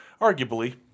arguably